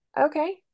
Okay